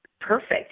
perfect